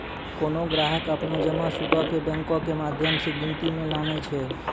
कोनो ग्राहक अपनो जमा सूदो के बैंको के माध्यम से गिनती मे लानै छै